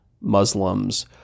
Muslims